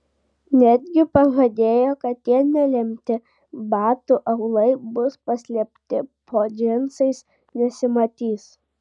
netgi pažadėjo kad tie nelemti batų aulai bus paslėpti po džinsais nesimatys